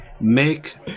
make